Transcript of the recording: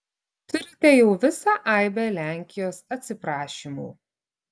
turite jau visą aibę lenkijos atsiprašymų